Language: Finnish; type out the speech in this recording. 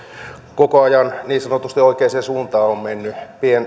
koko ajan niin sanotusti oikeaan suuntaan on mennyt